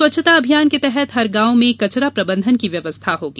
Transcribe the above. स्वच्छता अभियान के तहत हर गांव में कचरा प्रबंधन की व्यवस्था होगी